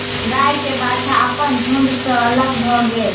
गाय के बाछा अपन झुण्ड सॅ अलग भअ गेल